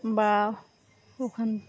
বা ওখান